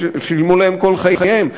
שילמו עליהם כל חייהם.